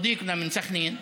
החבר שלנו מסח'נין,